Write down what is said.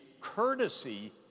courtesy